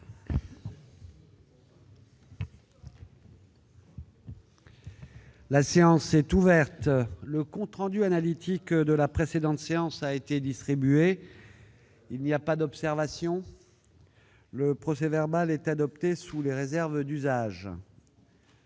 La séance est ouverte. Le compte rendu analytique de la précédente séance a été distribué. Il n'y a pas d'observation ?... Le procès-verbal est adopté sous les réserves d'usage.